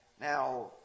Now